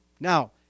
Now